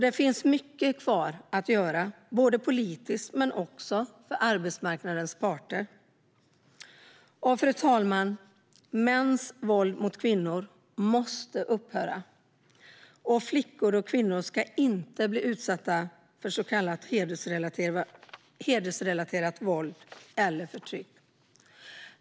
Det finns alltså mycket kvar att göra, både politiskt och för arbetsmarknadens parter. Fru talman! Mäns våld mot kvinnor måste upphöra. Flickor och kvinnor ska inte bli utsatta för så kallat hedersrelaterat våld eller förtryck.